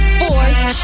force